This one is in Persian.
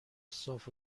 صاف